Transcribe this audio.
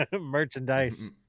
merchandise